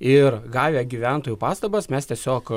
ir gavę gyventojų pastabas mes tiesiog